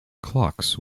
clocks